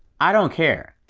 i don't care!